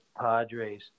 Padres